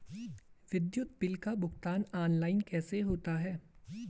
विद्युत बिल का भुगतान ऑनलाइन कैसे होता है?